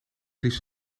liefst